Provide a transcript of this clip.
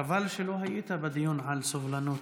חבל שלא היית בדיון על סובלנות.